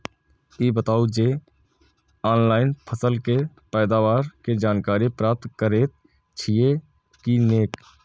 ई बताउ जे ऑनलाइन फसल के पैदावार के जानकारी प्राप्त करेत छिए की नेय?